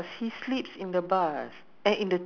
because monday sh~ uh market